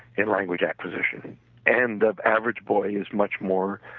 in language acquisition and the average boy is much more